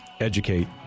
educate